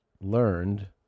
learned